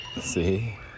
See